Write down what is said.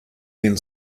then